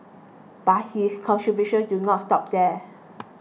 but his contributions do not stop there